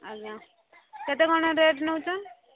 ଆଜ୍ଞା କେତେ ଖଣ୍ଡେ ରେଟ୍ ନୋଉଛ